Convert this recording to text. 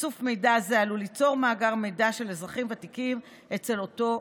איסוף מידע זה עלול ליצור מאגר מידע של אזרחים ותיקים אצל אותו עוסק.